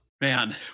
Man